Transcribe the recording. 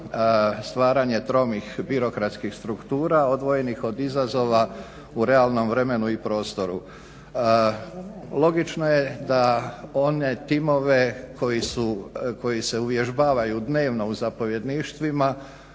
stvaranje tromih birokratskih struktura odvojenih od izazova u realnom vremenu i prostoru. Logično je da one timove koji se uvježbavaju dnevno u zapovjedništvima